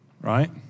Right